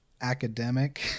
academic